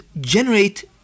generate